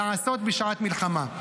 לעשות בשעת מלחמה.